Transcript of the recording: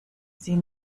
sie